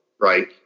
right